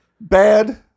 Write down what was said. bad